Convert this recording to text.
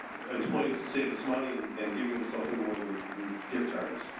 employees save us money and and giving them something more than gift cards.